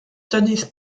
studies